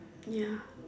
ya